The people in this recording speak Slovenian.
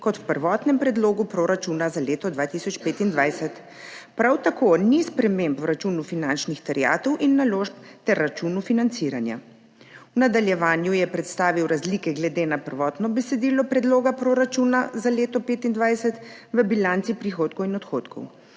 kot v prvotnem predlogu proračuna za leto 2025, prav tako ni sprememb v računu finančnih terjatev in naložb ter računu financiranja. V nadaljevanju je predstavil razlike glede na prvotno besedilo predloga proračuna za leto 2025 v bilanci prihodkov in odhodkov,